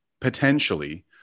potentially